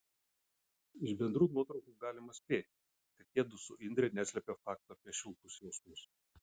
iš bendrų nuotraukų galima spėti kad jiedu su indre neslepia fakto apie šiltus jausmus